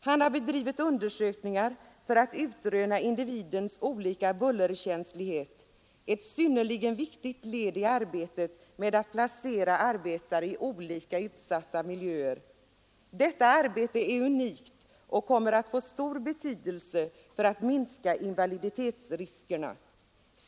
Han har bedrivit undersökningar för att utröna individernas olika bullerkänslighet — ett synnerligen viktigt led när det gäller att placera arbetare i olika utsatta miljöer. Detta arbete är unikt och kommer att få stor betydelse för att minska invaliditetsriskerna.